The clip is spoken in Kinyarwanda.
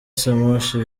semushi